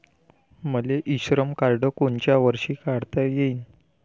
मले e Shram card कोनच्या वर्षी काढता येईन?